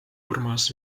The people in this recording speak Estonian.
urmas